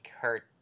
hurt